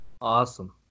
Awesome